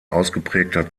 ausgeprägter